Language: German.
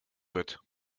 wird